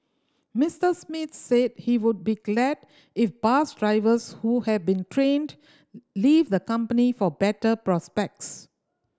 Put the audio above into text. Mister Smith said he would be glad if bus drivers who have been trained leave the company for better prospects